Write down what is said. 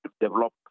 develop